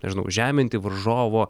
nežinau žeminti varžovo